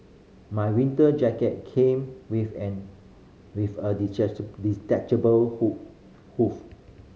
my winter jacket came with an with a detachable hood